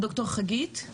ד"ר חגית,